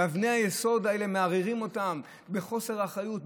את אבני היסוד האלה מערערים בחוסר אחריות,